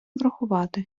врахувати